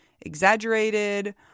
exaggerated